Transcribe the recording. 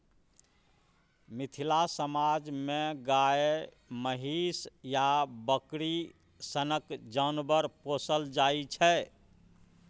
मिथिला समाज मे गाए, महीष आ बकरी सनक जानबर पोसल जाइ छै